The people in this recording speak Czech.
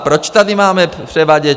Proč tady máme převaděče?